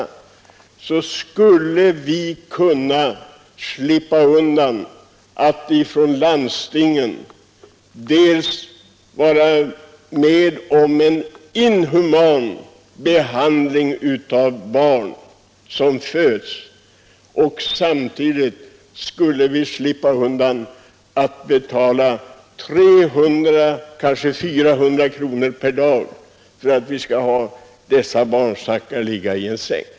Landstingen skulle slippa vara med om en inhuman behandling av barn, och samtidigt skulle vi slippa undan att betala 300, kanske 400 kronor per dag för att ha dessa barnstackare liggande i en säng.